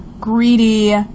greedy